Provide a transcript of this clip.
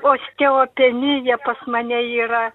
osteopenija pas mane yra